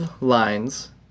lines